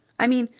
i mean,